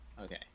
Okay